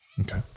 okay